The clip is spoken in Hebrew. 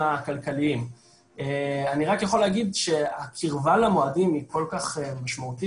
אני מודאג מהתהליך שהאדריכל אמר למלי ומלי השתכנעה וככה זה נראה.